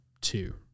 two